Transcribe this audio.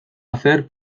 hacer